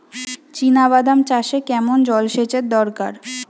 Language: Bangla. চিনাবাদাম চাষে কেমন জলসেচের দরকার?